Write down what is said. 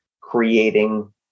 creating